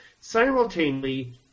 Simultaneously